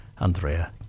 Andrea